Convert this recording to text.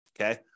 okay